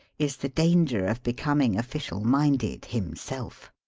is the danger of becoming official-minded himself.